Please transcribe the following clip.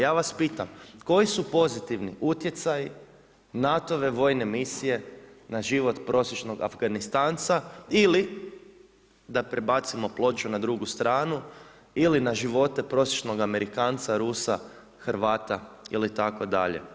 Ja vas pitam, koji su pozitivni utjecaji NATO-ove vojne misije na život prosječnog Afganistanca ili da prebacimo ploču na drugu stranu ili na živote prosječnog Amerikanca, Rusa, Hrvata itd.